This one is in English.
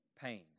pain